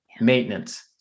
maintenance